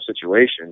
situation